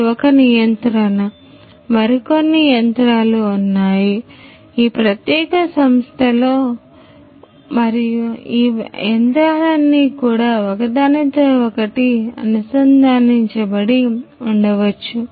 ఇది ఒక యంత్రం మరికొన్ని యంత్రాలు ఉన్నాయి ఈ ప్రత్యేక సంస్థలో ఉన్నాయి మరియు ఈ యంత్రాలన్నీ కూడా ఒకదానితో ఒకటి అనుసంధానించబడి ఉండవచ్చు